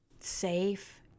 safe